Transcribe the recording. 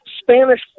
Spanish